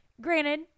granted